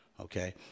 okay